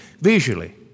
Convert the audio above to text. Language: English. visually